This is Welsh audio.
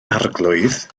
arglwydd